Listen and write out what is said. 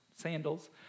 sandals